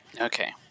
Okay